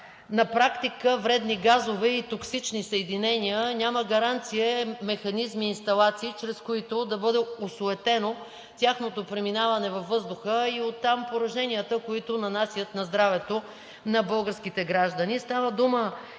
На практика вредни газове и токсични съединения, няма гаранция, механизми и инсталации, чрез които да бъде осуетено тяхното преминаване във въздуха и оттам пораженията, които нанасят на здравето на българските граждани.